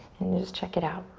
and just check it out,